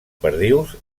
perdius